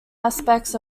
aspects